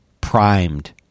primed